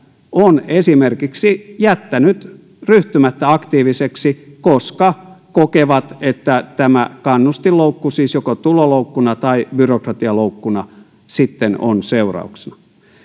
on esimerkiksi jättänyt ryhtymättä aktiivisiksi koska he kokevat että tämä kannustinloukku siis joko tuloloukkuna tai byrokratialoukkuna on sitten seurauksena